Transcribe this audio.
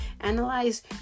Analyze